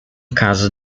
caso